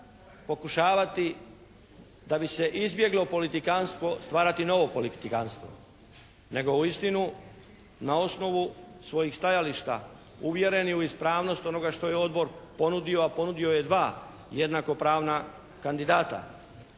pokušavati da bi se izbjeglo politikantstvo stvarati novo politikantstvo nego uistinu na osnovu svojih stajališta uvjereni u ispravnost onoga što je Odbor ponudio a ponudio je dva jednakopravna kandidata